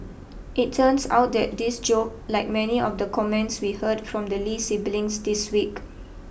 it turns out that this joke like many of the comments we heard from the Lee siblings this week